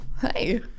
hey